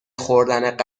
خورد